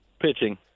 Pitching